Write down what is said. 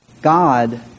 God